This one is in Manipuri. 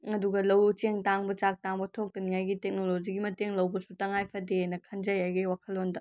ꯑꯗꯨꯒ ꯂꯧꯎ ꯆꯦꯡ ꯇꯥꯡꯕ ꯆꯥꯛ ꯇꯥꯡꯕ ꯊꯣꯛꯇꯅꯉꯥꯏꯒꯤ ꯇꯦꯛꯅꯣꯂꯣꯖꯤꯒꯤ ꯃꯇꯦꯡ ꯂꯧꯕꯁꯨ ꯇꯉꯥꯏ ꯐꯗꯦꯅ ꯈꯟꯖꯩ ꯑꯩꯒꯤ ꯋꯥꯈꯜꯂꯣꯟꯗ